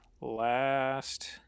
last